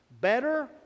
better